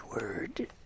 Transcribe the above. Word